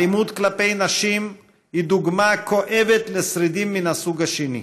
האלימות כלפי נשים היא דוגמה כואבת לשרידים מן הסוג השני.